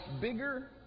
bigger